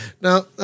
Now